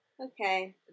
Okay